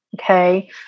Okay